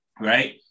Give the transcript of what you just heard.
Right